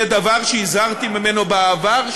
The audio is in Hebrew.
זה דבר שהזהרתי ממנו בעבר,